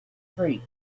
streak